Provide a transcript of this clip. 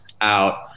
out